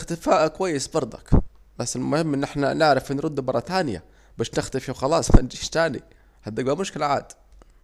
الاختفاء كويس برضك، بس المهم لما نختفي نعرفوا نردوا تاني، مش نختفي ومنردش تاني، هتبجى مشكلة عاد